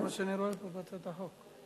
זה מה שנראה פה בהצעת החוק.